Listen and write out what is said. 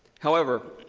however,